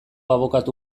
abokatu